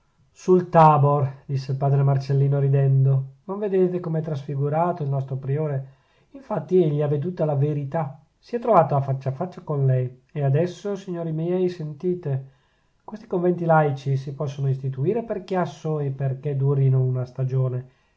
sul tabor disse il padre marcellino ridendo non vedete com'è trasfigurato il nostro priore infatti egli ha veduta la verità si è trovato a faccia faccia con lei e adesso signori miei sentite questi conventi laici si possono istituire per chiasso e perchè durino una stagione